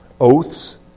Oaths